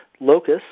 locus